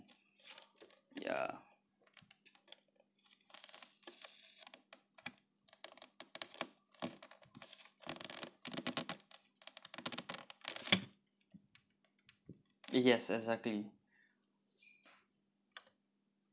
ya yes exactly